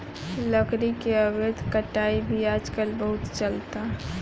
लकड़ी के अवैध कटाई भी आजकल बहुत चलता